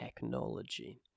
technology